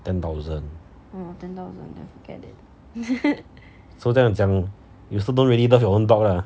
ten thousand so 这样讲 you don't really love your own dog lah